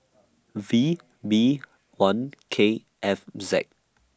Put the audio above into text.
V B one K F Z